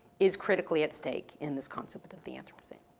is critically at stake in this concept of the anthropocene.